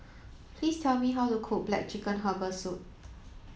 please tell me how to cook black chicken herbal soup